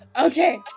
Okay